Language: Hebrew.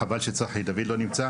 חבל שצחי דוד לא נמצא.